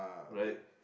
right